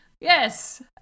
Yes